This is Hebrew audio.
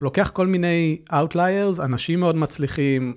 לוקח כל מיני Outliers, אנשים מאוד מצליחים.